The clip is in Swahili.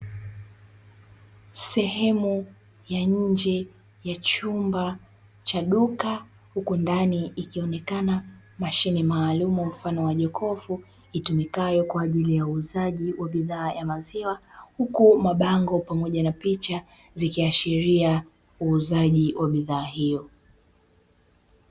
Sehemu ya nje ya chumba cha duka, huku ndani ikionekana mashine maalumu mfano wa jokofu, itumikayo kwa ajili ya uuzaji wa bidhaa ya maziwa, huku mabango pamoja na picha zikiashiria uuzaji wa bidhaa hiyo.